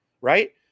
Right